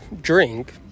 drink